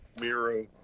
Miro